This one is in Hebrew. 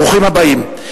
ברוכים הבאים.